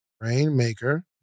rainmaker